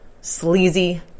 sleazy